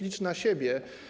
Licz na siebie.